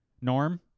Norm